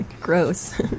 Gross